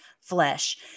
flesh